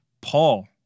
Paul